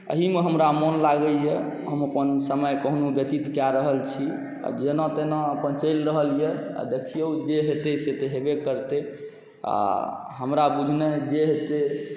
एहिमे हमरा मोन लागैए हम अपन समय कहुना व्यतीत कऽ रहल छी आओर जेना तेना अपन चलि रहल आओर देखिऔ जे हेतै से तऽ हेबे करतै आओर हमरा बुझने जे हेतै